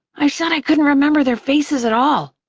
i said i couldn't remember their faces at all,